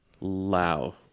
Lao